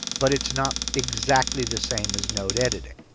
but it's not exactly the same as node editing.